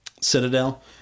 citadel